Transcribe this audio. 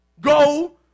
go